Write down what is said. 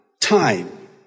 time